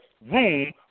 room